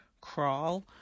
crawl